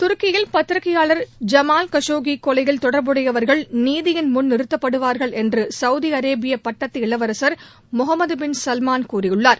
துருக்கியில் பத்திரிகையாளர் Jamal Khashoggi கொலையில் தொடர்புடையவர்கள் நீதியின் முன் நிறுத்தப்படுவார்கள் என்று சவுதி அரேபிய பட்டத்து இளவரஞ் முகமது பின் சல்மான் கூறியுள்ளார்